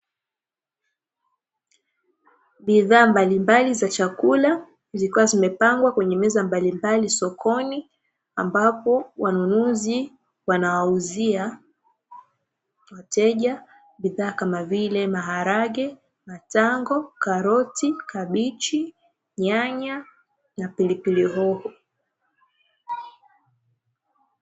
Bidhaa mbalimbali za chakula zikiwa zimepangwa kwenye meza mbalimbali sokoni, ambapo wanunuzi wanawauzia wateja bidhaa kama vile: maharage, matango, karoti, kabichi, nyanya na pilipili hoho.